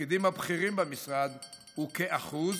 בתפקידים הבכירים במשרד הוא כ-1%.